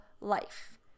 life